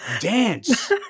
Dance